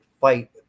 fight